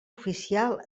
oficial